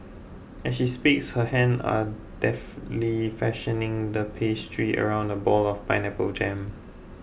as she speaks her hand are deftly fashioning the pastry around a ball of pineapple jam